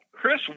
Chris